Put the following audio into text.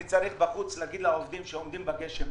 אני צריך בחוץ לומר לעובדים שעומדים בגשם,